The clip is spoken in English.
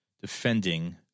defending